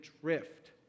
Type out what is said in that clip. drift